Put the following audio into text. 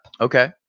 Okay